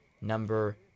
number